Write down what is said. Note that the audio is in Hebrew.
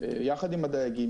יחד עם הדייגים,